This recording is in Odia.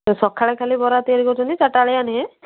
ସକାଳେ ଖାଲି ବରା ତିଆରି କରୁଛନ୍ତି ଚାରିଟା ବେଳିଆ ନୁହେଁ